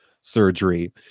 surgery